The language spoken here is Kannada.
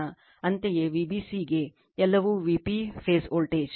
ಅಂತೆಯೇ Vbcಗೆ ಎಲ್ಲವೂ Vp ಫೇಸ್ ವೋಲ್ಟೇಜ್